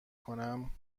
کنم